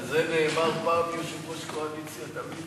על זה נאמר: פעם יושב-ראש קואליציה תמיד